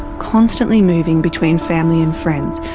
constantly moving between family and friends,